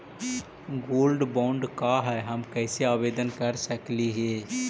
Gold bond का है, हम कैसे आवेदन कर सकली ही?